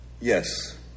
Yes